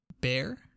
Bear